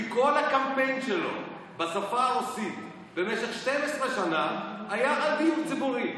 כי כל הקמפיין שלו בשפה הרוסית במשך 12 שנה היה על הדיור הציבורי.